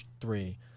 three